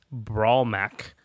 Brawlmac